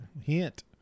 hint